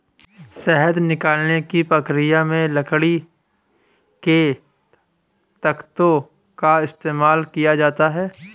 शहद निकालने की प्रक्रिया में लकड़ी के तख्तों का इस्तेमाल किया जाता है